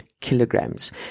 kilograms